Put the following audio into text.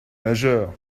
majeur